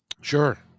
Sure